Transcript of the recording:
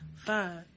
Five